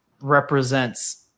represents